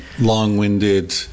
long-winded